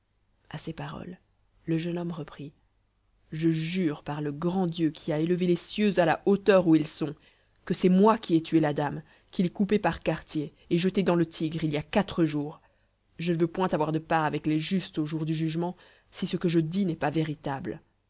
à ces paroles le jeune homme reprit je jure par le grand dieu qui a élevé les cieux à la hauteur où ils sont que c'est moi qui ai tué la dame qui l'ai coupée par quartiers et jetée dans le tigre il a y quatre jours je ne veux point avoir de part avec les justes au jour du jugement si ce que je dis n'est pas véritable